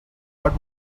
but